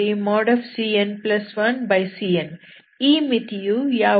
1n→∞cn1cn ಈ ಮಿತಿಯು ಯಾವುದು